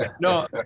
No